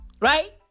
Right